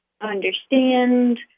understand